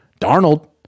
Darnold